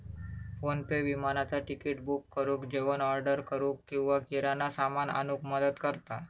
PhonePe विमानाचा ticket book करुक, जेवण ऑर्डर करूक किंवा किराणा सामान आणूक मदत करता